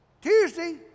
Tuesday